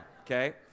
okay